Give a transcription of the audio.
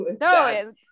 no